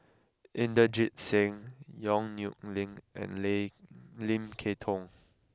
Inderjit Singh Yong Nyuk Lin and Lim Lim Kay Tong